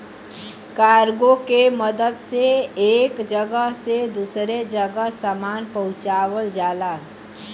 cargo के मदद से एक जगह से दूसरे जगह सामान पहुँचावल जाला